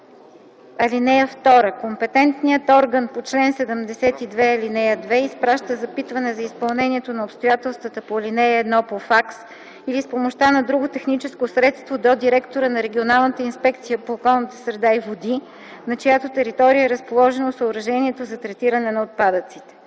начин. (2) Компетентният орган по чл. 72, ал. 2 изпраща запитване за изпълнението на обстоятелствата по ал. 1 по факс или с помощта на друго техническо средство до директора на регионалната инспекция по околната среда и води, на чиято територия е разположено съоръжението за третиране на отпадъците.